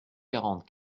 quarante